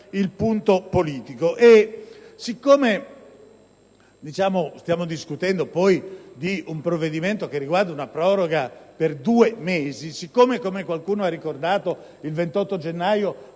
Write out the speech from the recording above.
il punto politico. Poiché stiamo discutendo di un provvedimento che riguarda una proroga di due mesi e, come qualcuno ha ricordato, il 28 gennaio